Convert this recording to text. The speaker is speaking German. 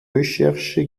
recherche